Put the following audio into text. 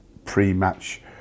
pre-match